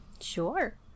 sure